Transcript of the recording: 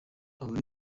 abo